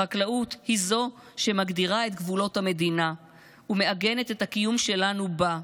החקלאות היא זו שמגדירה את גבולות המדינה ומעגנת את הקיום שלנו בה,